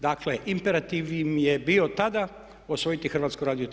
Dakle imperativ im je bio tada osvojiti HRT.